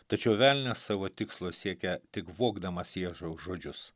tačiau velnias savo tikslo siekia tik vogdamas jėzaus žodžius